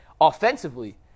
offensively